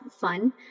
fun